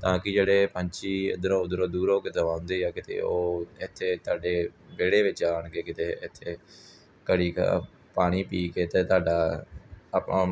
ਤਾਂ ਕਿ ਜਿਹੜੇ ਪੰਛੀ ਇੱਧਰੋਂ ਉੱਧਰੋਂ ਦੂਰੋਂ ਕਿਤੇ ਆਉਂਦੇ ਆ ਕਿਤੇ ਉਹ ਇੱਥੇ ਤੁਹਾਡੇ ਵਿਹੜੇ ਵਿੱਚ ਆਉਣਗੇ ਕਿਤੇ ਇੱਥੇ ਘੜੀ ਕੁ ਪਾਣੀ ਪੀ ਕੇ ਅਤੇ ਤੁਹਾਡਾ ਆਪਾਂ